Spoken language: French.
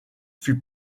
fut